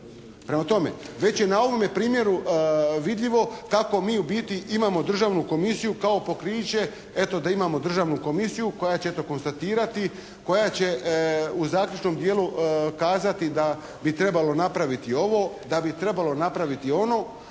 Prema tome već je na ovome primjeru vidljivo kako mi u biti imamo državnu komisiju kao pokriće eto da imamo državnu komisiju koja će to konstatirati, koja će u zaključnom dijelu kazati da bi trebali napraviti ovo, da bi trebalo napraviti ono,